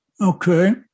Okay